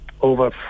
over